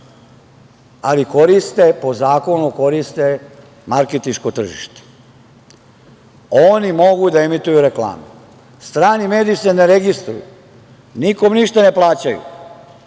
ali po zakonu koriste marketinško tržište. Oni mogu da emituju reklame. Strani mediji se ne registruju, nikome ništa ne plaćaju,